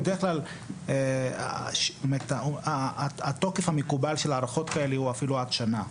בדרך כלל התוקף המקובל של הערכות כאלה הוא אפילו עד שנה,